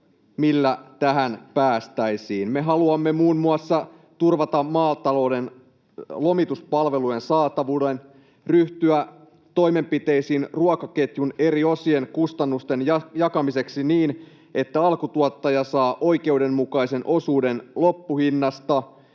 millä tähän päästäisiin. Me haluamme muun muassa turvata maatalouden lomituspalvelujen saatavuuden, ryhtyä toimenpiteisiin ruokaketjun eri osien kustannusten jakamiseksi niin, että alkutuottaja saa oikeudenmukaisen osuuden loppuhinnasta,